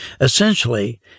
Essentially